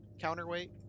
counterweight